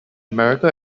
american